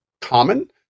common